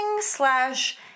slash